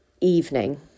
evening